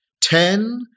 Ten